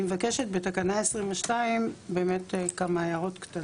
אני מבקשת בתקנה 22 כמה הערות.